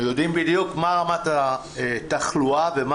אנחנו יודעים בדיוק מה רמת התחלואה ומה